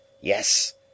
YES